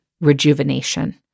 rejuvenation